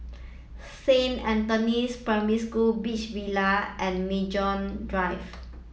Saint Anthony's Primary School Beach Villa and Maju Drive